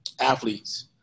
athletes